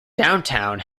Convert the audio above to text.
downtown